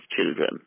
children